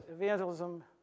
evangelism